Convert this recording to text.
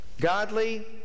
godly